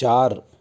चार